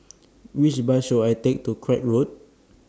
Which Bus should I Take to Craig Road